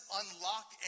unlock